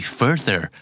further